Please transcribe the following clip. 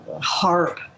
harp